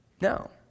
No